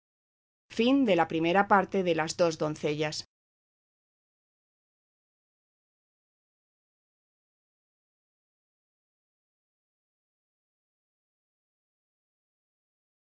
a las dos doncellas